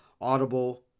Audible